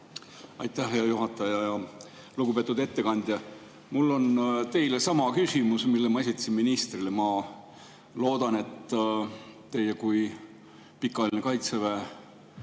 Aitäh, hea juhataja! Lugupeetud ettekandja! Mul on teile sama küsimus, mille ma esitasin ministrile. Ma loodan, et teie kui pikaajalise Kaitseväe